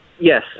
Yes